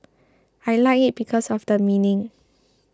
I like it because of the meaning